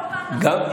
לא פעם,